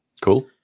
cool